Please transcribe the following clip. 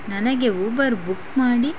ನನಗೆ Uber book ಮಾಡಿ